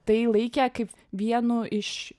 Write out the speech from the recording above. tai laikė kaip vienu iš